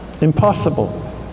Impossible